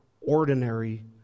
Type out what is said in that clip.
ordinary